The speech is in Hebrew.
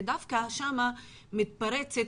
ודווקא שם היא מתפרצת